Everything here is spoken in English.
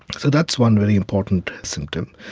so that's one very important symptom.